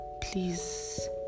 please